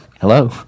Hello